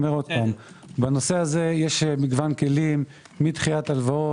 בנושא הזה יש מגוון כלים מהלוואות,